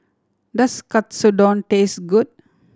does Katsudon taste good